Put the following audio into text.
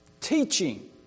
teaching